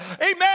amen